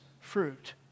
fruit